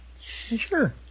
Sure